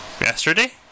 yesterday